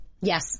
Yes